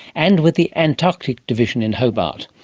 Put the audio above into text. and with the antarctic division in hobart.